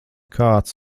kāds